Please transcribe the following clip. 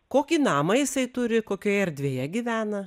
kokį namą jisai turi kokioje erdvėje gyvena